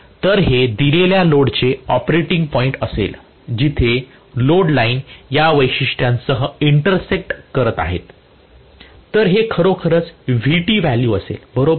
तर हे दिलेल्या लोडचे ऑपरेटिंग पॉईंट असेल जिथे लोड लाइन या वैशिष्ट्यांसह इंटरसेक्ट करत आहे तर हे खरंच Vt व्हॅल्यू असेल बरोबर